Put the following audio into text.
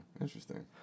interesting